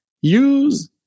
Use